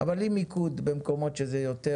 עם מיקוד במקומות שזה יותר